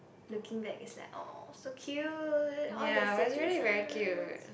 looking back is like !aww! so cute all the citizens